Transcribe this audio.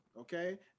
Okay